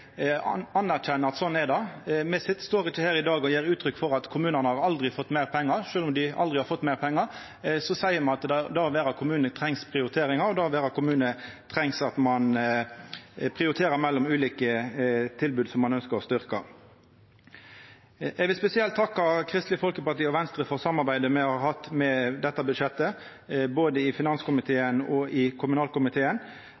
anerkjenner at det er slik. Me står ikkje her i dag og gjev uttrykk for at kommunane aldri har fått meir pengar: Sjølv om dei aldri har fått meir pengar, seier me at det å vera kommune krev prioriteringar, og det å vera kommune krev at ein prioriterer mellom ulike tilbod som ein ønskjer å styrkja. Eg vil spesielt takka Kristeleg Folkeparti og Venstre for samarbeidet me har hatt om dette budsjettet – både i